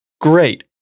Great